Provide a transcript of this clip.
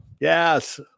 Yes